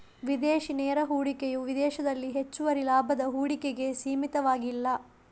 ವಿದೇಶಿ ನೇರ ಹೂಡಿಕೆಯು ವಿದೇಶದಲ್ಲಿ ಹೆಚ್ಚುವರಿ ಲಾಭದ ಹೂಡಿಕೆಗೆ ಸೀಮಿತವಾಗಿಲ್ಲ